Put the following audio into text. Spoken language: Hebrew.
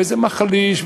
זה מחליש.